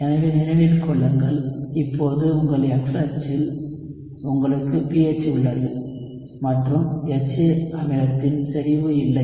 எனவே நினைவில் கொள்ளுங்கள் இப்போது உங்கள் X அச்சில் உங்களுக்கு pH உள்ளது மற்றும் HA அமிலத்தின் செறிவு இல்லை